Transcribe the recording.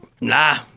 Nah